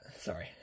Sorry